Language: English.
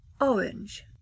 orange